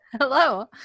Hello